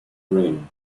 dream